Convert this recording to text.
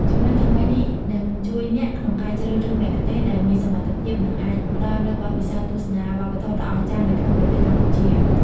ចំណុចទាំងបីនេះនឹងជួយអ្នកក្នុងការជ្រើសរើសមគ្គុទ្ទេសក៍ដែលមានសមត្ថភាព និងអាចផ្តល់នូវបទពិសោធន៍ទស្សនាវប្បធម៌ដ៏អស្ចារ្យនៅក្នុងប្រទេសកម្ពុជា។